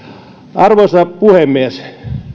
arvoisa puhemies